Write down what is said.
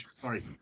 Sorry